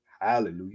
Hallelujah